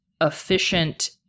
efficient